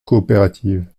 coopérative